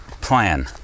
plan